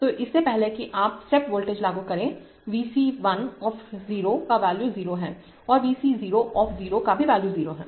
तो इससे पहले कि आप स्टेप वोल्टेज लागू करें Vc1 of 0 का वैल्यू 0 है और Vc 0 of 0 का भी वैल्यू 0 है